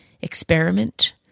experiment